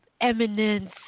eminence